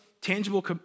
tangible